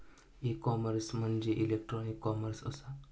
E commerce म्हणजे electronic commerce असा